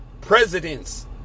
presidents